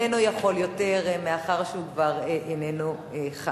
אך איננו יכול יותר מאחר שהוא כבר איננו ח"כ.